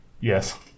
Yes